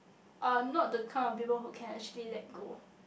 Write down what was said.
I am not the kind of people who can actually let go